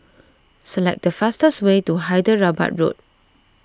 select the fastest way to Hyderabad Road